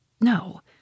No